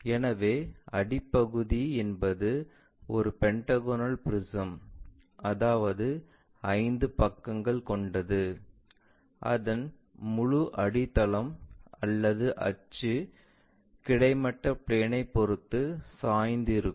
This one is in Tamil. எனவே அடிப்பகுதி என்பது ஒரு பெண்டகோனல் ப்ரிஸம் அதாவது 5 பக்கங்கள் கொண்டது அதன் முழு அடித்தளம் அல்லது அச்சு கிடைமட்ட பிளேன் ஐ பொருத்து சாய்ந்து இருக்கும்